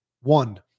One